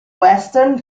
western